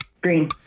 Green